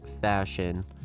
fashion